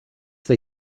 they